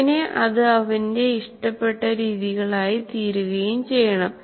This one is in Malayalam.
അങ്ങിനെ അത് അവന്റെ ഇഷ്ടപ്പെട്ട രീതികളായിത്തീരുകയും ചെയ്യണം